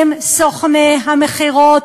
הם סוכני המכירות.